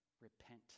Repent